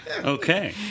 okay